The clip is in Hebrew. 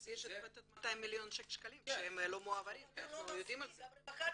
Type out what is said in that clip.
כשיש ועדות לוודא שאכן ההורים